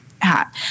hat